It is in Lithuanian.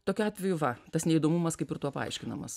tokiu atveju va tas neįdomumas kaip ir tuo paaiškinamas